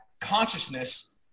consciousness